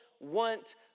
Want